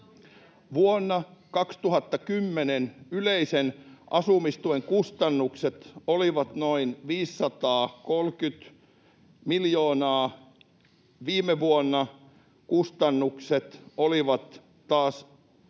Vuonna 2010 yleisen asumistuen kustannukset olivat noin 530 miljoonaa. Viime vuonna kustannukset olivat taas